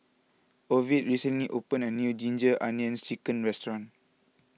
Ovid recently opened a new Ginger Onions Chicken restaurant